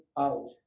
out